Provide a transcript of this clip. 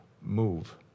move